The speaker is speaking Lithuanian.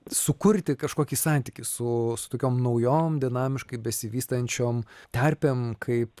sukurti kažkokį santykį su tokiom naujom dinamiškai besivystančiom terpėm kaip